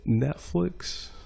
Netflix